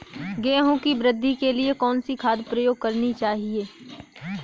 गेहूँ की वृद्धि के लिए कौनसी खाद प्रयोग करनी चाहिए?